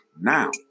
now